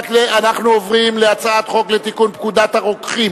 אנחנו עוברים להצעת חוק לתיקון פקודת הרוקחים